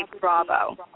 Bravo